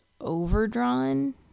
overdrawn